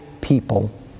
people